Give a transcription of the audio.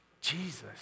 Jesus